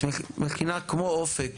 מכינה כמו אופק